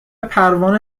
پروانه